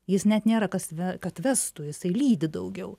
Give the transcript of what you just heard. jis net nėra kas ve kad vestų jisai lydi daugiau